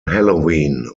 halloween